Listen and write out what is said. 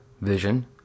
Vision